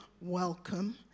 welcome